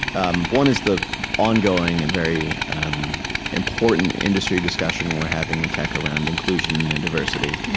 um one is the ongoing and very um important industry discussion we're having in tech around inclusion and diversity,